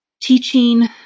teaching